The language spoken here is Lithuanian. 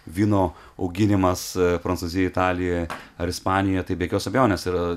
vyno auginimas prancūzijoj italijoje ar ispanijoj tai be jokios abejonės yra